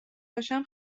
باشم